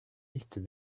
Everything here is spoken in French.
liste